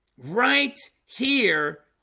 right here